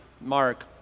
Mark